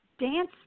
dance